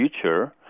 future